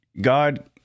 God